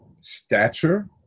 stature